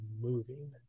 moving